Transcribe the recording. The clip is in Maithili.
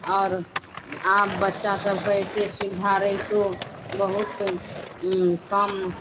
आओर आब बच्चा सबके एते सुविधा रहितौ बहुत कम